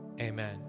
amen